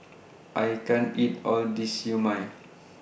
I can't eat All This Siew Mai